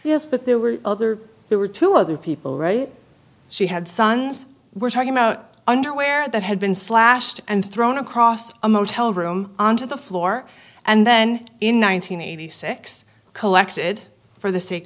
yes but there were other there were two other people right she had sons we're talking about underwear that had been slashed and thrown across a motel room onto the floor and then in one nine hundred eighty six collected for the sake